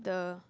the